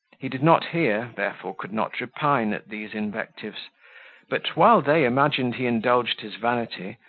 he did not hear, therefore could not repine at these invectives but while they imagined he indulged his vanity,